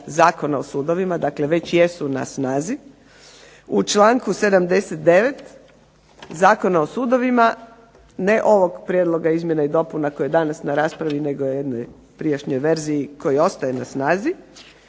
Zakona o sudovima, dakle već jesu na snazi. U članku 79. Zakona o sudovima, ne ovog prijedloga izmjena i dopuna koje je danas na raspravi, nego jednoj prijašnjoj verziji koji ostaje na snazi